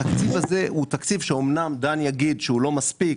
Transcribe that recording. התקציב הזה הוא תקציב שאמנם דן יגיד שהוא לא מספיק,